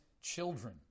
children